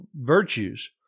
virtues